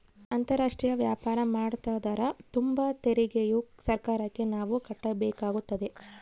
ಅಂತಾರಾಷ್ಟ್ರೀಯ ವ್ಯಾಪಾರ ಮಾಡ್ತದರ ತುಂಬ ತೆರಿಗೆಯು ಸರ್ಕಾರಕ್ಕೆ ನಾವು ಕಟ್ಟಬೇಕಾಗುತ್ತದೆ